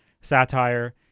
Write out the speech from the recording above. satire